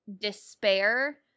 despair